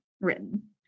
written